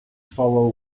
follow